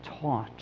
taught